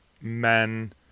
men